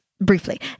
briefly